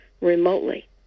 remotely